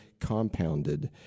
compounded